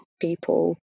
people